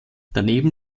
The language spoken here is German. daneben